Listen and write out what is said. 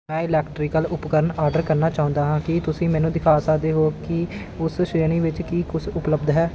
ਮੈਂ ਇਲੈਕਟ੍ਰੀਕਲ ਉਪਕਰਣ ਅੋਰਡਰ ਕਰਨਾ ਚਾਹੁੰਦਾ ਹਾਂ ਕੀ ਤੁਸੀਂ ਮੈਨੂੰ ਦਿਖਾ ਸਕਦੇ ਹੋ ਕਿ ਉਸ ਸ਼੍ਰੇਣੀ ਵਿੱਚ ਕੀ ਕੁਛ ਉਪਲੱਬਧ ਹੈ